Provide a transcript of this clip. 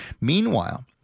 Meanwhile